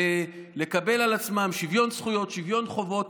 לקבל על עצמם שוויון זכויות, שוויון חובות.